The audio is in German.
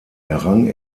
errang